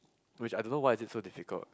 which I don't know why is it so difficult